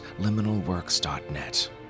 liminalworks.net